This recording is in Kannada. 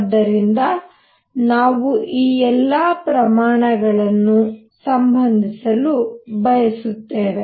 ಆದ್ದರಿಂದ ನಾವು ಈ ಎಲ್ಲಾ ಪ್ರಮಾಣಗಳನ್ನು ಸಂಬಂಧಿಸಲು ಬಯಸುತ್ತೇವೆ